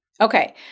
Okay